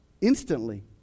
Instantly